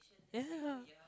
ya